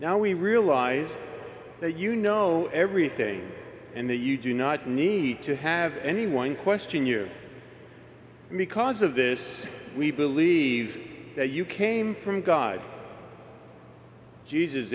now we realize that you know everything and that you do not need to have anyone question you and because of this we believe that you came from god jesus